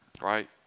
right